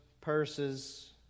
purses